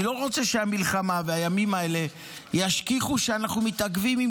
אני לא רוצה שהמלחמה והימים האלה ישכיחו שאנחנו מתעכבים עם